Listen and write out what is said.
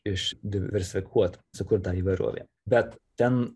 išdiversifikuot sukurt tą įvairovę bet ten